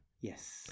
Yes